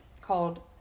called